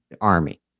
army